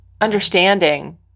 understanding